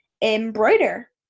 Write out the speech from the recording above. Embroider